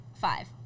five